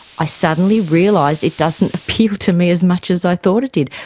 i suddenly realised it doesn't appeal to me as much as i thought it did.